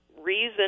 reason